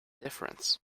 difference